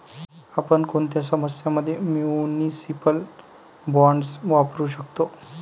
आपण कोणत्या समस्यां मध्ये म्युनिसिपल बॉण्ड्स वापरू शकतो?